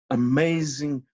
amazing